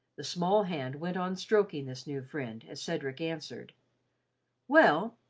the small hand went on stroking this new friend as cedric answered well,